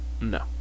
no